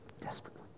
desperately